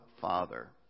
Father